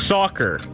Soccer